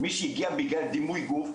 מי שהגיע בגלל דימוי גוף,